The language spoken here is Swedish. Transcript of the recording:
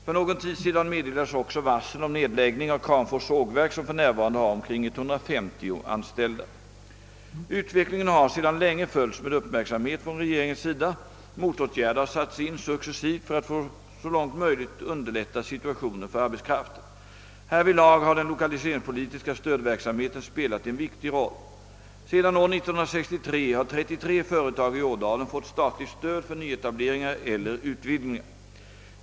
För någon tid sedan meddelades också varsel om nedläggning av Kramfors sågverk, som för närvarande har omkring 150 anställda. Utvecklingen har sedan länge följts med uppmärksamhet från regeringens sida. Motåtgärder har satts in successivt för att så långt möjligt underlätta situationen för arbetskraften. Härvidlag har den lokaliseringspolitiska stödverksamheten spelat en viktig roll. Sedan år 1963 har 33 företag i Ådalen fått statligt stöd för nyetableringar eller utvidgningar.